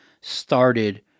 started